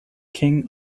king